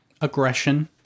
aggression